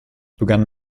begann